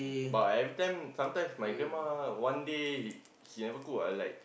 but every time sometimes my grandma one day she never cook I like